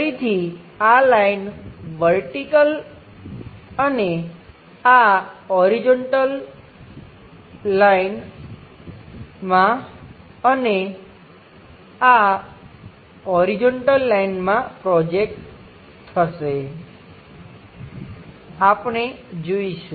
ફરીથી આ line vertical અને આ હોરીજોંટલ લાઈનમાં અને અને આ હોરીજોંટલ લાઈનમાં પ્રોજેકટ થશે આપણે જોઈશું